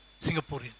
Singaporean